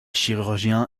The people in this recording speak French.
chirurgiens